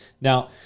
Now